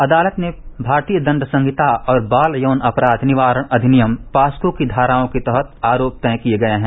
अदालत ने भारतीय दंड संहिता और बाल यौन अपराध निवारण अधिनियम पॉक्सो की धाराओं के तहत आरोप तय किए हैं